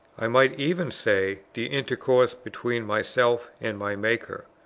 i might even say the intercourse between myself and my maker.